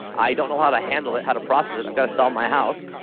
i don't know how to handle it, how to process it. i'm going to sell my house.